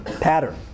pattern